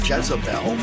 Jezebel